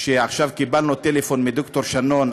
עכשיו קיבלו טלפון מד"ר שנון,